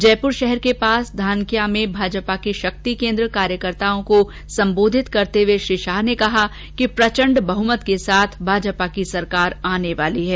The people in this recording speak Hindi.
जयपुर शहर के पास धानक्या में भाजपा के शक्ति केंद्र कार्यकर्ताओं को संबोधित करते हुए श्री शाह ने कहा कि प्रचंड बहुमत के साथ भाजपा की सरकार आने वाली है